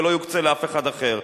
ולא יוקצה לאף אחד אחר.